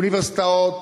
לאוניברסיטאות,